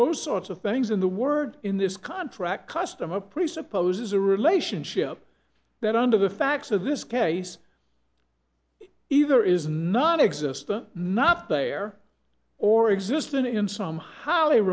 those sorts of things in the words in this contract customer presupposes a relationship that under the facts of this case either is not exist or not there or exist and in some h